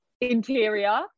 interior